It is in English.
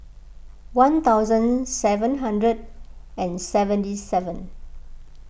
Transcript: one thousand seven hundred and seventy seven